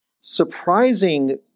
surprising